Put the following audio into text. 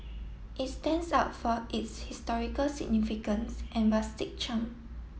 it stands out for its historical significance and rustic charm